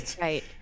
Right